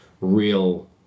real